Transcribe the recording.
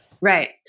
Right